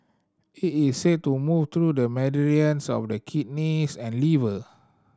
it is said to move through the meridians of the kidneys and liver